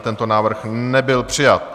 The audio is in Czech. Tento návrh nebyl přijat.